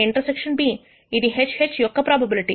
5 PA∩B ఇది HH యొక్క probability